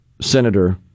Senator